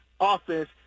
offense